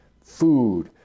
food